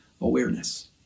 awareness